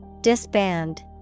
Disband